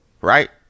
right